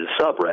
subreddit